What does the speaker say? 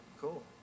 cool